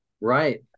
Right